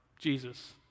Jesus